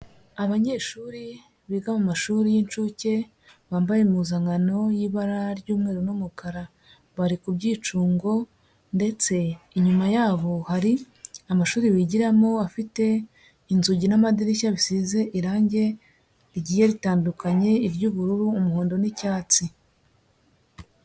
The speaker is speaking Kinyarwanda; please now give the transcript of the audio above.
Abanyeshuri biga mu mashuri y'inshuke bambaye impuzankano y'ibara ry'umweru n'umukara, bari ku by'icungo ndetse inyuma yabo hari amashuri bigiramo afite inzugi n'amadirishya bisize irange rigiye ritandukanye iry'ubururu, umuhondo n'icyatsi.